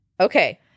Okay